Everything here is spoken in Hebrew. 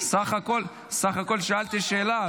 --- בסך הכול שאלתי שאלה,